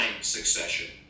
succession